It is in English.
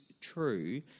true